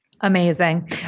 Amazing